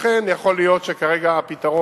לכן, יכול להיות שכרגע הפתרון,